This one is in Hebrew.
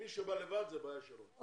מי שבא לבד זו בעיה שלו,